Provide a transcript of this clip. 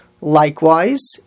Likewise